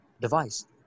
device